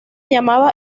llamaba